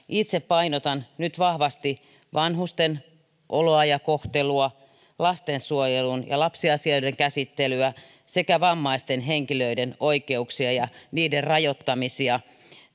itse painotan nyt vahvasti vanhusten oloa ja kohtelua lastensuojelun ja lapsiasioiden käsittelyä sekä vammaisten henkilöiden oikeuksia ja niiden rajoittamisia